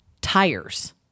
tires